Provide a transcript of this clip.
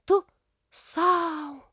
tu sau